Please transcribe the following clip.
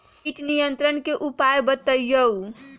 किट नियंत्रण के उपाय बतइयो?